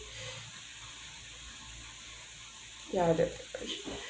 ya that